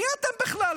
מי אתם בכלל?